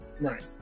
Right